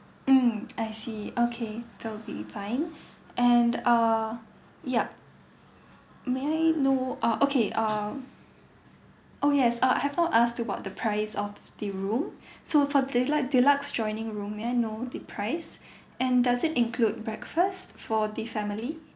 mm I see okay that'll be fine and err yup may I know uh okay uh oh yes uh I have not asked about the price of the room so for deluxe deluxe joining room may I know the price and does it include breakfast for the family